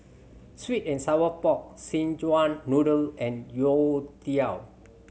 sweet and sour pork Szechuan Noodle and youtiao